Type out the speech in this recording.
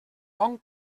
bon